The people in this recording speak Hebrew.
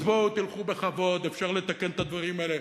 אז בואו, תלכו בכבוד, אפשר לתקן את הדברים האלה.